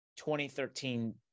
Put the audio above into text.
2013